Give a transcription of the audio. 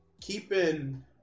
keeping